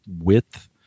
width